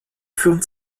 führen